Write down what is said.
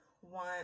one